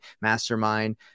Mastermind